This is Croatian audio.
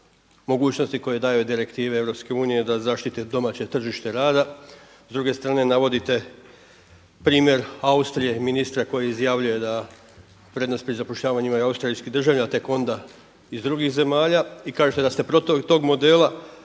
mogućnosti koje daju direktive EU da zaštite domaće tržište rada, s druge strane navodite primjer Austrije i ministra koji izjavljuje da prednost pri zapošljavanju imaju austrijski državljani a tek onda iz drugih zemalja i kažete da ste protiv tog modela.